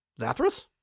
Zathras